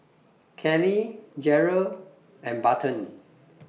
Callie Jarrell and Barton